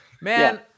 Man